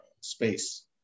space